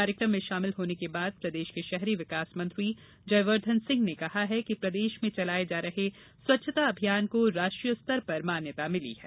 कार्यकम में शामिल होने के बाद प्रदेश को शहरी विकास मंत्री जयवर्द्वन सिंह ने कहा है कि प्रदेश में चलाये जा रहे स्वच्छता अभियान को राष्ट्रीय स्तर पर मान्यता मिली है